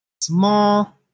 small